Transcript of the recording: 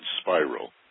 spiral